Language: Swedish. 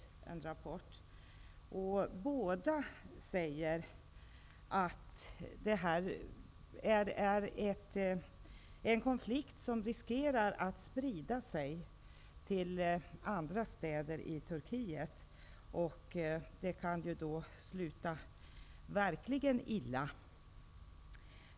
I båda dessa rapporter sägs att detta är en konflikt som riskerar att sprida sig till andra städer i Turkiet, och det kan sluta verkligt illa.